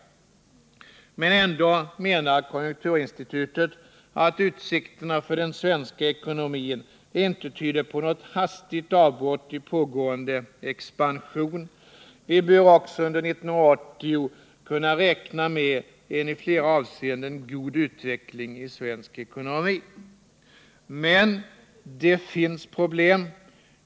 Men ändå menar konjunkturinstitutet att utsikterna för den svenska ekonomin inte tyder på något hastigt avbrott i pågående expansion. Vi bör också under 1980 kunna räkna med en i flera avseenden god utveckling i svensk ekonomi. Det finns dock problem.